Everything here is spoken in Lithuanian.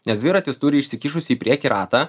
nes dviratis turi išsikišusį į priekį ratą